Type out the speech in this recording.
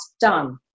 done